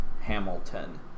Hamilton